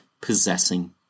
possessing